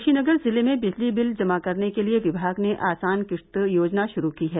कुशीनगर जिले में विजली बिल जमा करने के लिए विभाग ने आसान किस्त योजना शुरू की है